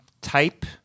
type